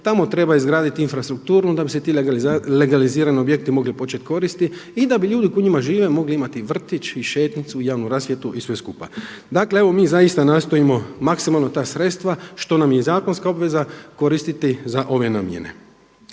tamo treba izgraditi infrastrukturu onda bi se ti legalizirani objekti mogli početi koristiti i da bi ljudi koji u njima žive mogli imati vrtić, šetnjicu i javnu rasvjetu i sve skupa. Dakle mi zaista nastojimo maksimalno ta sredstva što nam je i zakonska obveza koristiti za ove namjene.